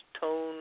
tone